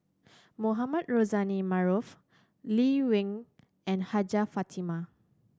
Mohamed Rozani Maarof Lee Wen and Hajjah Fatimah